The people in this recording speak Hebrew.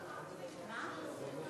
מסדר-היום.